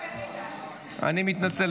אני מתנצל.